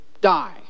die